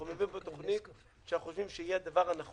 אנחנו מביאים לפה תוכנית שאנחנו חושבים שהיא הדבר הנכון,